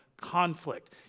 conflict